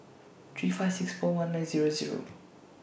three five six four one nine Zero Zero